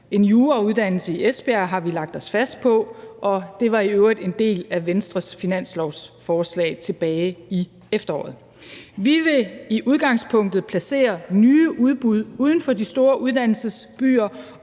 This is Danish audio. en jurauddannelse i Esbjerg, og det var i øvrigt en del af Venstres finanslovsforslag tilbage i efteråret. Vi vil i udgangspunktet placere nye udbud uden for de store uddannelsesbyer